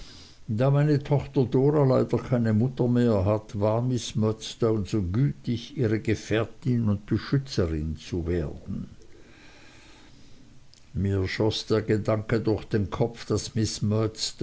da meine tochter dora leider keine mutter mehr hat war miß murdstone so gütig ihre gefährtin und beschützerin zu werden mir schoß der gedanke durch den kopf daß